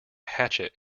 hatchet